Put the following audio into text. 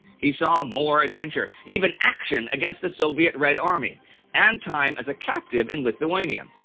he saw more adventure, even action against the soviet red army and time as a captive in lithuania.